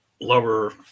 lower